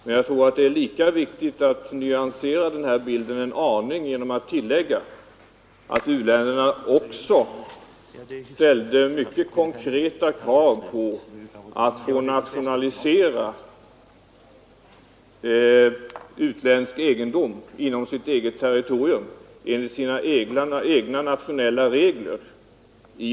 Men jag tror att det är viktigt att nyansera bilden en aning genom att tillägga att u-länderna också ställde mycket konkreta krav på att få nationalisera utländsk egendom inom sitt eget territorium i enlighet med sina egna nationella regler.